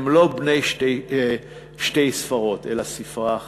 הם לא בני שתי ספרות, אלא של ספרה אחת,